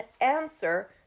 answer